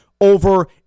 over